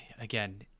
again